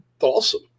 awesome